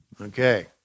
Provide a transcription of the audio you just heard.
Okay